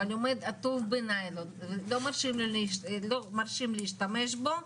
אבל עומד עטוף בניילון ולא מרשים להשתמש בו,